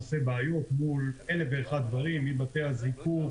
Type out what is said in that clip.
עושה בעיות מול אלף ואחד דברים: מבתי הזיקוק,